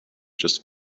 just